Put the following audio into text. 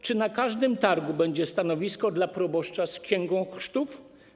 Czy na każdym targu będzie stanowisko dla proboszcza z księgą chrztów?